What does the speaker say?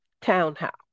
townhouse